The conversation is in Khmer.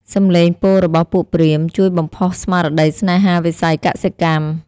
សំឡេងពោលរបស់ពួកព្រាហ្មណ៍ ជួយបំផុសស្មារតីស្នេហាវិស័យកសិកម្ម។